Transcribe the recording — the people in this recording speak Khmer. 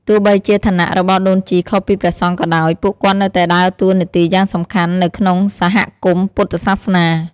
ទោះបីជាឋានៈរបស់ដូនជីខុសពីព្រះសង្ឃក៏ដោយ ពួកគាត់នៅតែដើរតួនាទីយ៉ាងសំខាន់នៅក្នុងសហគមន៍ពុទ្ធសាសនា។